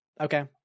Okay